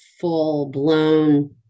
full-blown